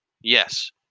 Yes